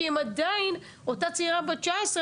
כי אם עדיין אותה צעירה בת 19,